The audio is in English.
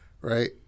Right